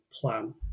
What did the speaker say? plan